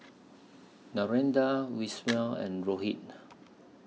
Narendra Vishal and Rohit